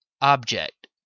Object